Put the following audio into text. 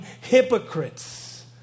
hypocrites